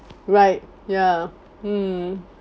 right ya mm